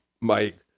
Mike